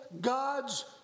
God's